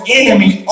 enemy